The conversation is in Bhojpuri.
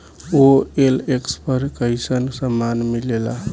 ओ.एल.एक्स पर कइसन सामान मीलेला?